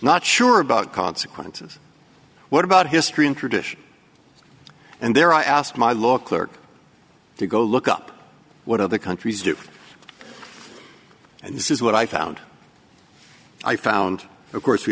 not sure about consequences what about history and tradition and there i asked my law clerk to go look up what other countries do and this is what i found i found of course we